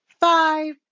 five